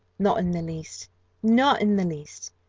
not in the least not in the least.